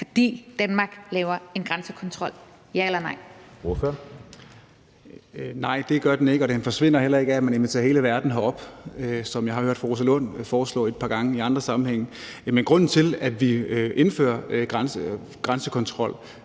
Kl. 14:46 Bjørn Brandenborg (S): Nej, det gør den ikke, og den forsvinder heller ikke af, at man inviterer hele verden herop, som jeg har hørt fru Rosa Lund foreslå et par gange i andre sammenhænge. Men grunden til, at vi indfører grænsekontrol